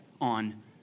on